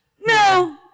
No